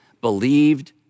believed